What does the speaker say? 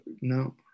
no